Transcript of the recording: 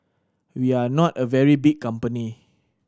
we are not a very big company